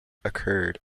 occurred